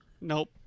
Nope